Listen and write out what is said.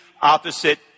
opposite